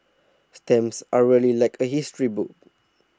stamps are really like a history book